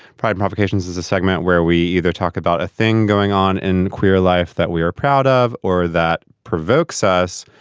pride provocations is a segment where we either talk about a thing going on in queer life that we are proud of or that provokes us.